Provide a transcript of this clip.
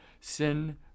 sin